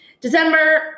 December